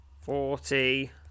forty